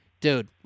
dude